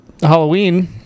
Halloween